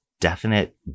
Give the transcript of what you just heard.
Definite